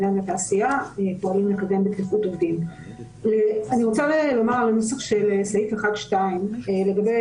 --- אני רוצה לומר לנוסח של סעיף 1(2) לגבי